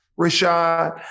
Rashad